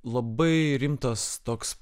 labai rimtas toks